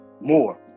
more